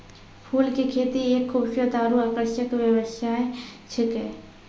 फूल के खेती एक खूबसूरत आरु आकर्षक व्यवसाय छिकै